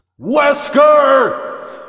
Wesker